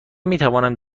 میتوانم